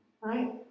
right